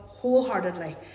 Wholeheartedly